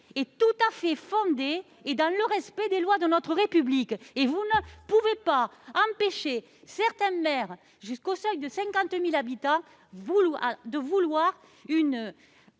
donc tout à fait fondée et respectueuse des lois de notre République. Vous ne pouvez pas empêcher certains maires, jusqu'au seuil de 50 000 habitants, de vouloir une